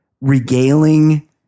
regaling